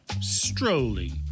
Strolling